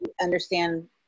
understand